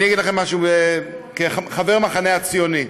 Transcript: אני אגיד לכם משהו, כחבר המחנה הציוני: